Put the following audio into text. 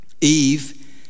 Eve